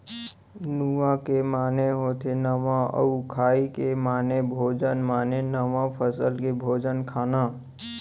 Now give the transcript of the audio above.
नुआ के माने होथे नवा अउ खाई के माने भोजन माने नवा फसल के भोजन खाना